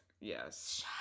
Yes